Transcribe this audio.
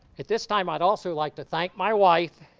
at this time, i'd also like to thank my wife,